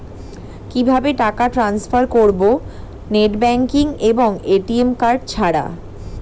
কিভাবে টাকা টান্সফার করব নেট ব্যাংকিং এবং এ.টি.এম কার্ড ছাড়া?